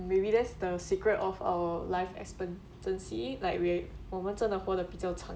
maybe that's the secret of our life expectancy like we're 我们真的活的比较长